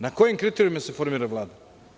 Na kojim kriterijumima se formira Vlada?